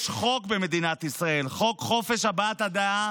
יש חוק במדינת ישראל: חוק חופש הבעת הדעה,